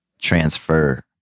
transfer